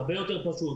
הרבה יותר פשוט.